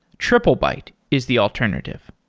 triplebyte is the alternative.